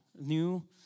New